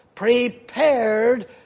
Prepared